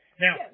Now